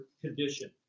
condition